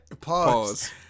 Pause